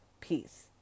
peace